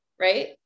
right